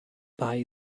bei